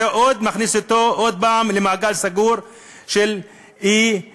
זה מכניס אותו עוד פעם למעגל סגור של אי-פתרון.